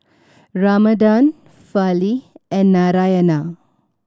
Ramanand Fali and Narayana